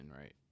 right